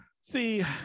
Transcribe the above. see